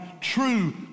true